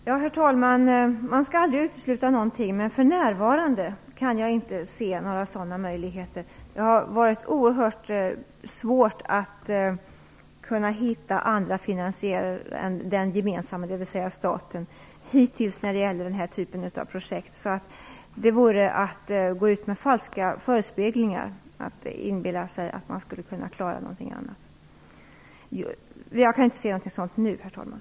Herr talman! Man skall aldrig utesluta någonting. För närvarande kan jag dock inte se några sådana möjligheter. Det har hittills varit svårt att finna någon annan finansiär än den gemensamma, dvs. staten, när det gäller den här typen av projekt. Det vore att gå ut med falska förespeglingar att säga att vi skulle klara det på något annat sätt. Jag kan nu inte se någon sådan möjlighet.